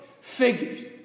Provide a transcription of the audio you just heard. figures